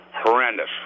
horrendous